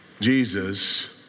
Jesus